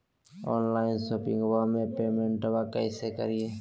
Online शोपिंगबा में पेमेंटबा कैसे करिए?